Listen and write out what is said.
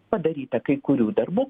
padaryta kai kurių darbų